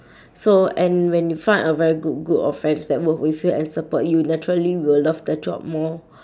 so and when you find a very good group of friends that work with you and support you naturally will love the job more